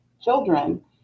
children